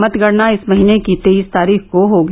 मतगणना इस महीने की तेईस तारीख को होगी